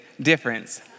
difference